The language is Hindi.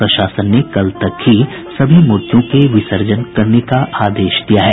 प्रशासन ने कल तक ही सभी मूर्तियों के विसर्जन करने का आदेश दिया है